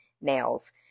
nails